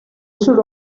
should